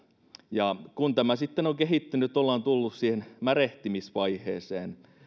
ja kun tämä sitten on kehittynyt ollaan tultu siihen märehtimisvaiheeseen